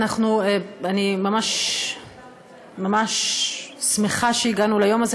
אני ממש שמחה שהגענו ליום הזה.